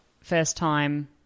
first-time